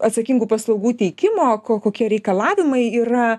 atsakingų paslaugų teikimo ko kokie reikalavimai yra